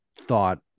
thought